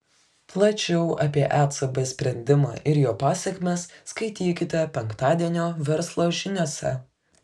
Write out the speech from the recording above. plačiau apie ecb sprendimą ir jo pasekmes skaitykite penktadienio verslo žiniose